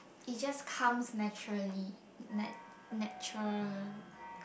it just comes naturally na~ natura~